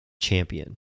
champion